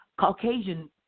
Caucasian